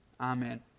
amen